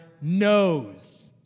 knows